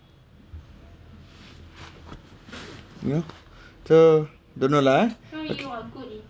mm so don't know lah